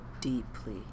deeply